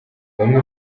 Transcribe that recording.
bamwe